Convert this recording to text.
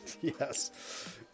Yes